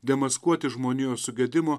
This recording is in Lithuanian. demaskuoti žmonijos sugedimo